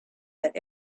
that